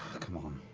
come on.